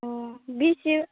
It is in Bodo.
अ बेसे